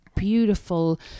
beautiful